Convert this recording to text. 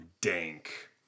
dank